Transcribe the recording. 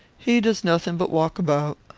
he does nothing but walk about.